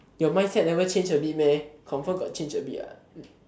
your mindset never change a bit meh confirm got change a bit what